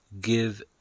give